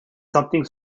something